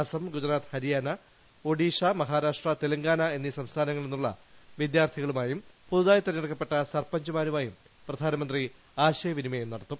അസം ഗുജറാത്ത് ഹരിയാന ഒഡീഷ മഹാരാഷ്ട്ര തെലങ്കാന എന്നീ സംസ്ഥാനങ്ങളിൽ നിന്നുള്ള വിദ്യാർത്ഥികളുമായും പുതു തായി തിരഞ്ഞെടുക്കപ്പെട്ട സർപഞ്ചുമാരുമായും പ്രധാനമന്ത്രി ആശയ വിനിമയം നടത്തും